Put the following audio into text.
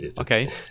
okay